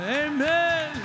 amen